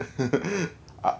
ah